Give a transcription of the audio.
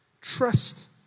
trust